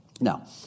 Now